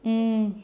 mm